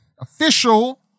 official